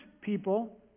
people